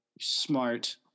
smart